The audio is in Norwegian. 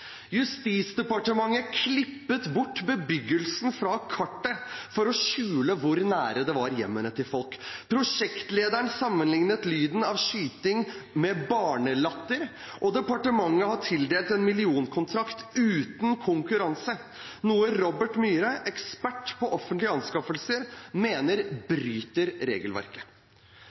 beredskapsdepartementet klippet bort bebyggelsen fra kartet for å skjule hvor nær det var hjemmene til folk. Prosjektlederen sammenlignet lyden av skyting med barnelatter, og departementet har tildelt en millionkontrakt uten konkurranse, noe Robert Myhre, ekspert på offentlige anskaffelser, mener bryter med regelverket.